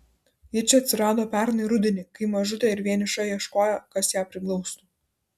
ji čia atsirado pernai rudenį kai mažutė ir vieniša ieškojo kas ją priglaustų